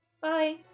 Bye